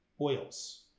oils